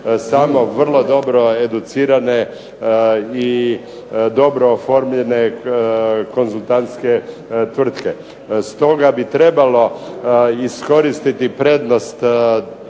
samo vrlo dobro educirane i dobro oformljene konzultantske tvrtke. Stoga bi trebalo iskoristiti prednost